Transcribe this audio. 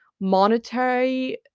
monetary